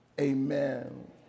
Amen